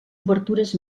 obertures